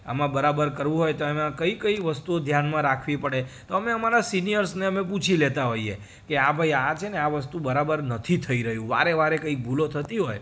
આમાં બરાબર કરવું હોય તો એમાં કઈ કઈ વસ્તુઓ ધ્યાનમાં રાખવી પડે તો અમે અમારા સિનિયર્સને અમે પૂછી લેતા હોઈએ કે આ ભાઈ આ છે ને આ વસ્તુ બરાબર નથી થઈ રહ્યું વારે વારે કંઈક ભૂલો થતી હોય